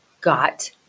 got